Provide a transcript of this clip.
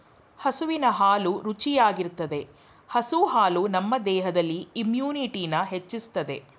ಹಸುವಿನ ಹಾಲು ರುಚಿಯಾಗಿರ್ತದೆ ಹಸು ಹಾಲು ನಮ್ ದೇಹದಲ್ಲಿ ಇಮ್ಯುನಿಟಿನ ಹೆಚ್ಚಿಸ್ತದೆ